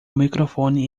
microfone